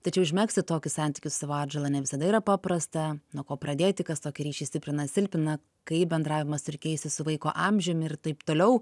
tačiau užmegzti tokius santykius su savo atžala ne visada yra paprasta nuo ko pradėti kas tokį ryšį stiprina silpnina kaip bendravimas turi keistis su vaiko amžiumi ir taip toliau